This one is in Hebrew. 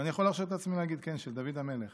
ואני יכול להרשות לעצמי, כן, של דוד המלך.